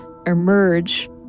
emerge